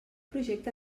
projecte